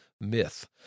myth